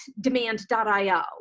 demand.io